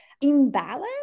imbalance